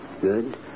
Good